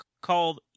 called